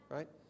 Right